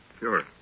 Sure